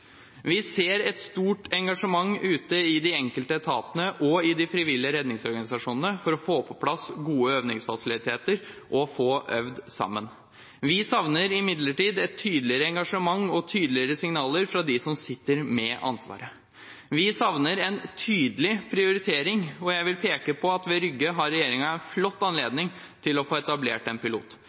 Vi ser et stort engasjement ute i de enkelte etatene og i de frivillige redningsorganisasjonene for å få på plass gode øvingsfasiliteter og få øvd sammen. Vi savner imidlertid et tydeligere engasjement og tydeligere signaler fra dem som sitter med ansvaret. Vi savner en tydelig prioritering. Jeg vil peke på at ved Rygge har regjeringen en flott anledning til å få etablert en pilot,